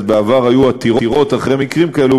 אז בעבר היו עתירות אחרי מקרים כאלה,